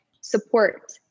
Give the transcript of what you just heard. support